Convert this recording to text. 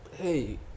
hey